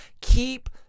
Keep